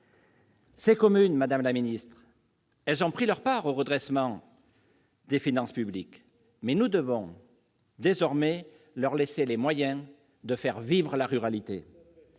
Ces communes, madame la secrétaire d'État, ont pris leur part au redressement des finances publiques, ... Oui !... mais nous devons désormais leur laisser les moyens de faire vivre la ruralité.